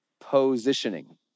Positioning